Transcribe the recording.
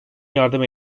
yardım